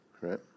right